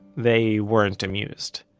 they weren't amused.